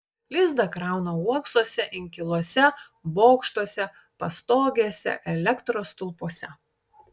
lizdą krauna uoksuose inkiluose bokštuose pastogėse elektros stulpuose